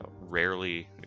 rarely